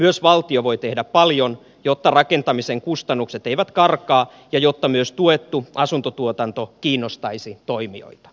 myös valtio voi tehdä paljon jotta rakentamisen kustannukset eivät karkaa ja jotta myös tuettu asuntotuotanto kiinnostaisi toimijoita